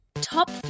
Top